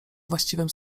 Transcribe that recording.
właściwym